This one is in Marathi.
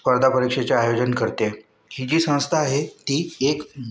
स्पर्धा परीक्षेचे आयोजन करते ही जी संस्था आहे ती एक